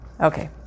okay